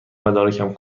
مدارکم